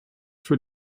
für